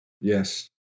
Yes